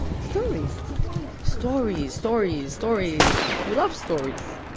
stories stories, stories, stories. you love stories.